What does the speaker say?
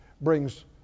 brings